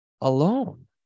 alone